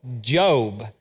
Job